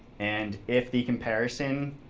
and if the comparison